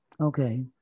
Okay